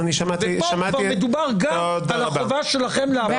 אני שמעתי --- ופה כבר מדובר גם על החובה שלכם --- תודה,